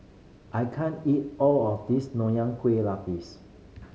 I can't eat all of this Nonya Kueh Lapis